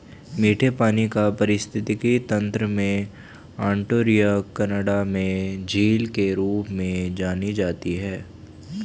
मीठे पानी का पारिस्थितिकी तंत्र में ओंटारियो कनाडा में झील के रूप में जानी जाती है